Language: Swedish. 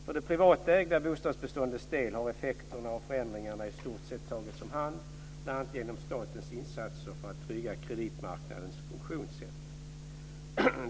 För det privatägda bostadsbeståndets del har effekterna av förändringarna i stort sett tagits om hand, bl.a. genom statens insatser för att trygga kreditmarknadens funktionssätt.